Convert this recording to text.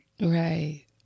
Right